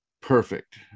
Perfect